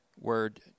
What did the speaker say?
word